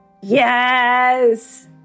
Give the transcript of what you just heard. Yes